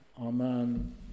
amen